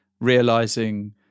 realizing